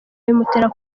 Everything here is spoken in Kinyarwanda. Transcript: bimutera